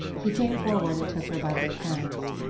he came forward and took her by both hands.